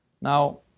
Now